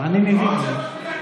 ועוד 3 מיליארד.